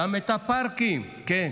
גם את הפארקים, כן,